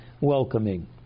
welcoming